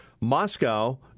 Moscow